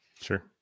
Sure